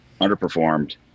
underperformed